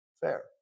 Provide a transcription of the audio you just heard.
fair